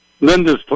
Linda's